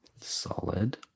Solid